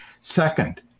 Second